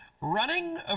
running